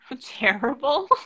Terrible